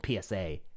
PSA